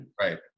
right